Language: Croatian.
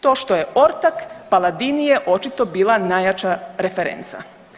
To što je ortak, Paladini je očito bila najjača referenca.